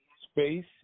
space